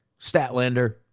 Statlander